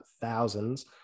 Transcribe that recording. thousands